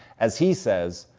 as he says,